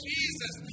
Jesus